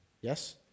Yes